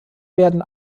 werden